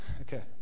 okay